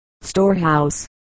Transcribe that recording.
storehouse